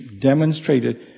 demonstrated